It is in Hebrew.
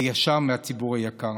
וישר מהציבור היקר.